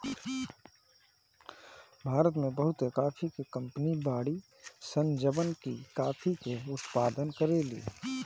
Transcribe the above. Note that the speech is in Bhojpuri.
भारत में बहुते काफी के कंपनी बाड़ी सन जवन की काफी के उत्पादन करेली